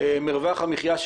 שלום וברכה.